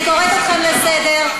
אני קוראת אתכם לסדר.